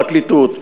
פרקליטות,